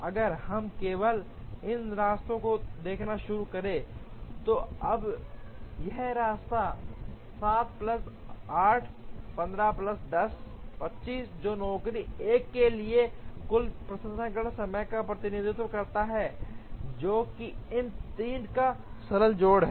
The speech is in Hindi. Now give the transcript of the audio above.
अगर हम केवल इन रास्तों को देखना शुरू करें तो अब यह रास्ता 7 प्लस 8 15 प्लस 10 25 जो नौकरी 1 के लिए कुल प्रसंस्करण समय का प्रतिनिधित्व करता है जो कि इन 3 का सरल जोड़ है